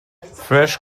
fresh